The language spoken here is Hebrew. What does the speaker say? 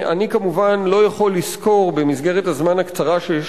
אני כמובן לא יכול לסקור במסגרת הזמן הקצרה שיש